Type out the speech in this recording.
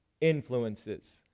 influences